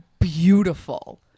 beautiful